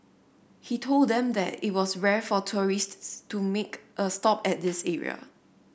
he told them that it was rare for tourists to make a stop at this area